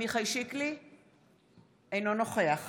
אינו נוכח